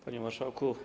Panie Marszałku!